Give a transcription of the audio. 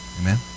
Amen